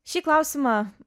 šį klausimą